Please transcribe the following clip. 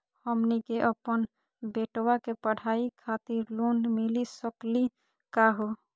हमनी के अपन बेटवा के पढाई खातीर लोन मिली सकली का हो?